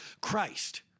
Christ